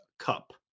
cup